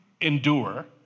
endure